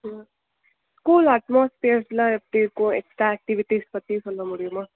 school atmospheres எல்லாம் எப்படி இருக்கும் எக்ஸ்ட்ரா ஆக்டிவிட்டீஸ் பற்றி சொல்ல முடியுமா